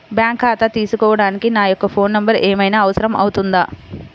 Bank ఖాతా తీసుకోవడానికి నా యొక్క ఫోన్ నెంబర్ ఏమైనా అవసరం అవుతుందా?